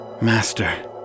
Master